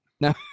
no